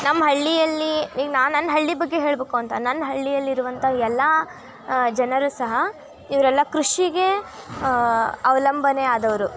ನಮ್ಮ ಹಳ್ಳಿಯಲ್ಲಿ ಈಗ ನಾನು ನನ್ನ ಹಳ್ಳಿ ಬಗ್ಗೆ ಹೇಳಬೇಕು ಅಂತ ನನ್ನ ಹಳ್ಳಿಯಲ್ಲಿ ಇರುವಂಥ ಎಲ್ಲ ಜನರೂ ಸಹ ಇವರೆಲ್ಲ ಕೃಷಿಗೆ ಅವಲಂಬನೆ ಆದವರು